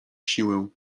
siłę